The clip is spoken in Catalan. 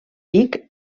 pic